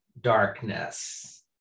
darkness